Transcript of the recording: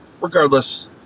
...regardless